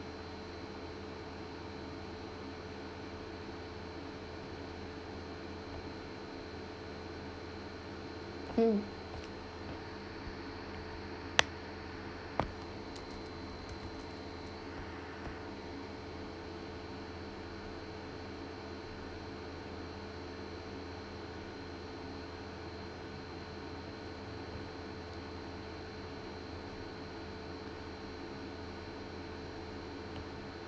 mm